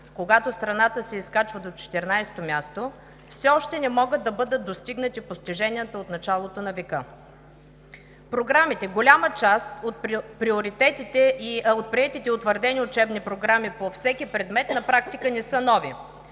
когато страната се изкачва до 14-о място, все още не могат да бъдат достигнати постиженията от началото на века. В програмите голяма част от приетите и утвърдените учебни програми по всеки предмет на практика не са нови.